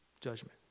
judgment